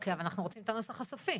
אוקי, אבל אנחנו רוצים את הנוסח הסופי.